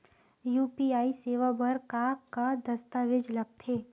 UPI सेवा बर का का दस्तावेज लगथे?